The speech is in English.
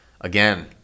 again